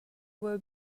will